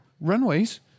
runways